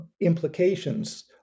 implications